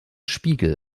spiegel